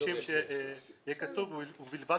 מבקשים שיהיה כתוב בסיפה לסעיף: ובלבד